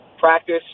practice